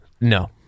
No